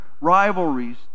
rivalries